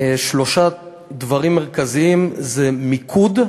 שלושה דברים מרכזיים: מיקוד.